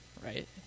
right